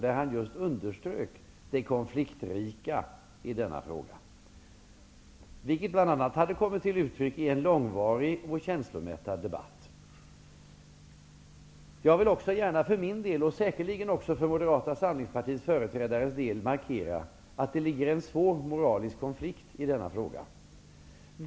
Där underströk han just det konfliktrika i denna fråga. Det har bl.a. kommit till uttryck i en långvarig och känslomättad debatt. Jag vill också gärna för min del, och säkerligen också för Moderata samlingspartiets företrädares del, markera att det ligger en svår moralisk konflikt i denna fråga.